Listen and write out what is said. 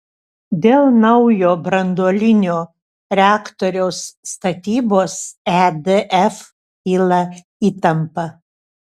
dėl naujo branduolinio reaktoriaus statybos edf kyla įtampa